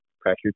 pressure